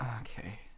Okay